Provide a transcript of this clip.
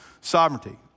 sovereignty